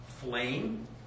flame